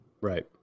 right